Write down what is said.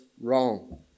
wrong